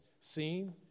seen